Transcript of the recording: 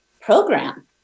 program